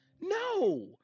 no